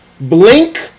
blink